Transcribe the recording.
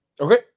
okay